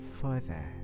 further